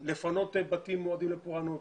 לפנות בתים מועדים לפורענות,